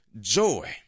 joy